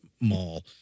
mall